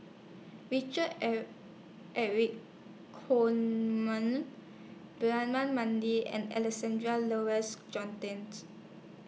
Richard Eric Holttum Braema Mathi and Alexander Laurie's Johnston's